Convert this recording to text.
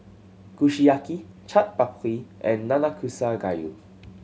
Kushiyaki Chaat Papri and Nanakusa Gayu